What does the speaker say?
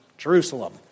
Jerusalem